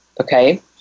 okay